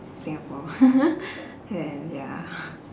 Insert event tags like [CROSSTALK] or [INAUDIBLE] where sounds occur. singapore [LAUGHS] and ya